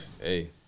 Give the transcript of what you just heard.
Hey